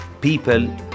people